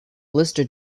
lister